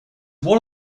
one